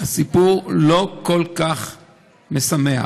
הסיפור לא כל כך משמח.